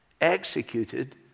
executed